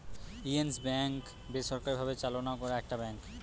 yes Bank বেসরকারি ভাবে চালনা করা একটা ব্যাঙ্ক